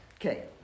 Okay